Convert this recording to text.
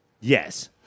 Yes